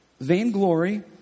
vainglory